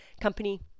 company